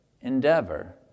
endeavor